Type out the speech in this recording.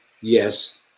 yes